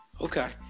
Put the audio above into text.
Okay